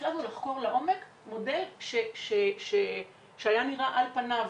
החלטנו לחקור לעומק מודל שהיה נראה על פניו